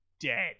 dead